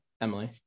Emily